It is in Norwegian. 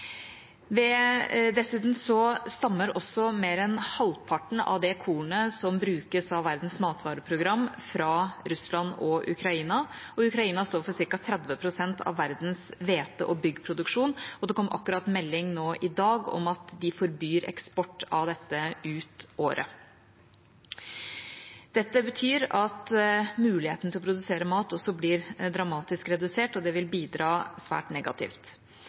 Dessuten stammer mer enn halvparten av kornet som brukes av Verdens matvareprogram, fra Russland og Ukraina. Ukraina står for ca. 30 pst. av verdens hvete- og byggproduksjon, og nå i dag kom det akkurat en melding om at de forbyr eksport av dette ut året. Det betyr at muligheten til å produsere mat blir dramatisk redusert, og det vil bidra svært negativt.